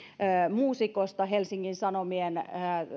muusikosta helsingin sanomien